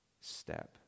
step